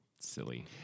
Silly